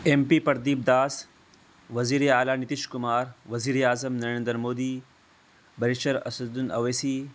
M P Pradeep Das وزیر اعلیٰ نتیش کمار وزیر اعظم نریندر مودی بریشر اسدالدین اویسی